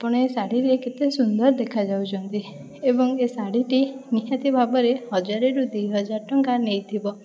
ଆପଣ ଏ ଶାଢ଼ୀରେ କେତେ ସୁନ୍ଦର ଦେଖାଯାଉଛନ୍ତି ଏବଂ ଏ ଶାଢ଼ୀଟି ନିହାତି ଭାବରେ ହଜାରରୁ ଦୁଇ ହଜାର ଟଙ୍କା ନେଇଥିବ